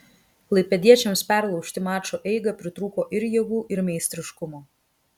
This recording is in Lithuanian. klaipėdiečiams perlaužti mačo eigą pritrūko ir jėgų ir meistriškumo